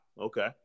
Okay